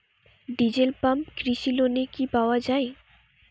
Diesel pump কৃষি লোনে কি পাওয়া য়ায়?